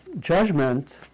judgment